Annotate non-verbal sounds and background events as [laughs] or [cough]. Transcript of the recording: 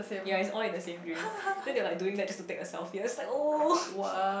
ya it's all in the same dream then they were like doing that just take a selfie I was just like oh [laughs]